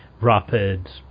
rapid